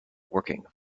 working